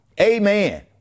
Amen